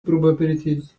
probabilities